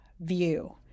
view